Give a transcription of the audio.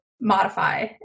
modify